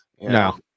No